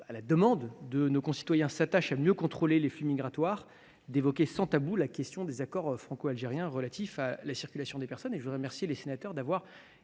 la demande de nos concitoyens, s’attachent à mieux contrôler les flux migratoires, d’évoquer sans tabou la question des accords franco algériens relatifs à la circulation des personnes. Et je voudrais remercier les sénateurs qui